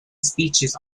speeches